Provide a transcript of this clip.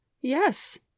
Yes